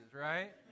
right